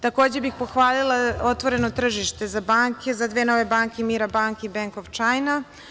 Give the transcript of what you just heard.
Takođe bih pohvalila otvoreno tržište za banke, za dve nove banke „MIRA Banc“ i „Bank of China“